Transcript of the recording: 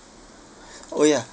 oh ya